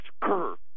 curve